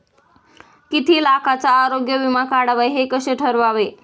किती लाखाचा आरोग्य विमा काढावा हे कसे ठरवावे?